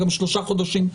גם שלושה חודשיים.